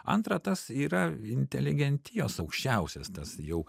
antra tas yra inteligentijos aukščiausias tas jau